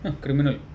criminal